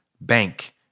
bank